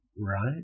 right